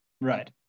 Right